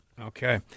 Okay